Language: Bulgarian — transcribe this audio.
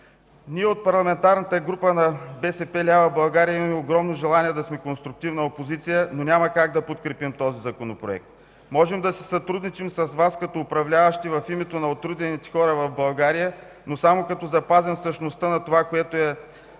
Ние от Парламентарната група на БСП лява България имаме огромно желание да сме конструктивна опозиция, но няма как да подкрепим този Законопроект. Можем да си сътрудничим с Вас, като управляващи, в името на отрудените хора в България, но само като запазим същността на това, което е